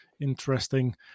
interesting